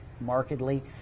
markedly